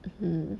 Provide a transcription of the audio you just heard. mm